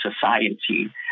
society